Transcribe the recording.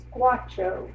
Squatcho